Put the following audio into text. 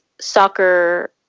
soccer